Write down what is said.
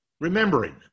Remembering